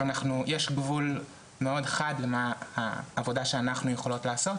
יש גבול מאוד חד עם העבודה שאנחנו יכולות לעשות.